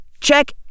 Check